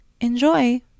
enjoy